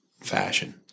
fashion